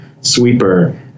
sweeper